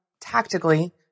tactically